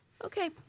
Okay